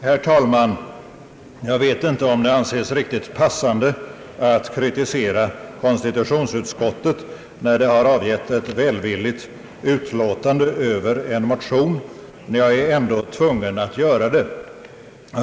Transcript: Herr talman! Jag vet inte om det anses riktigt passande att kritisera konstitutionutskottet när det har avgett ett välvilligt utlåtande över en motion, men jag är ändå tvungen att göra det.